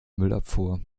müllabfuhr